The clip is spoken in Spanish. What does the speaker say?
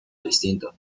distinto